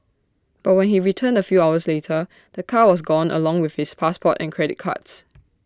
but when he returned A few hours later the car was gone along with his passport and credit cards